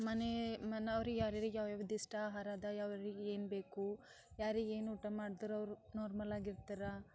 ಮನೆ ಮನ ಅವರಿಗೆ ಯಾರ್ಯಾರಿಗೆ ಯಾವ್ಯಾವುದು ಇಷ್ಟ ಆಹಾರದ ಯಾವ್ಯಾವ್ರಿಗೆ ಏನು ಬೇಕು ಯಾರಿಗೆ ಏನು ಊಟ ಮಾಡ್ದ್ರೆ ಅವರು ನಾರ್ಮಲಾಗಿರ್ತಾರೆ